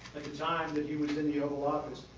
time that he was in the oval office,